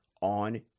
on